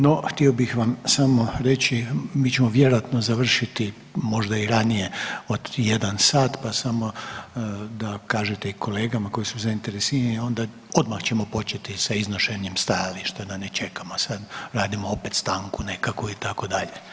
No, htio bih vam samo reći mi ćemo vjerojatno završiti možda i ranije od 1 sat pa samo da kažete i kolegama koji su zainteresirani onda odmah ćemo početi sa iznošenjem stajališta da ne čekamo sad, radimo opet stanku nekakvu itd.